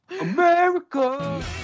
America